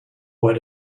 what